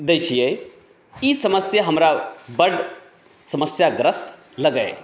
देइ छियै ई समस्या हमरा बड समस्या ग्रस्त लगै अछि